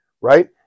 right